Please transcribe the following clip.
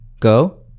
go